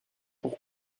pour